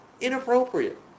inappropriate